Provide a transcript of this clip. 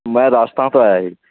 ਮੈਂ ਰਾਜਸਥਾਨ ਤੋਂ ਆਇਆ ਜੀ